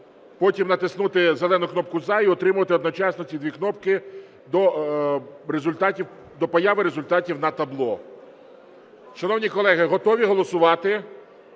потім натиснути зелену кнопку "За" і утримувати одночасно ці дві кнопки до появи результатів на табло. Шановні колеги, готові голосувати?